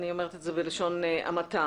ואני אומרת זאת בלשון המעטה.